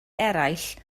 eraill